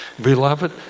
Beloved